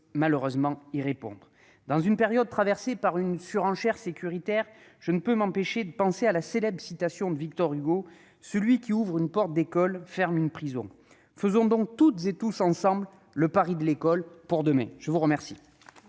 à les creuser. Dans cette période traversée par une surenchère sécuritaire, je ne peux m'empêcher de penser à la célèbre citation de Victor Hugo :« Celui qui ouvre une porte d'école ferme une prison. » Faisons donc toutes et tous ensemble le pari de l'école pour demain. La parole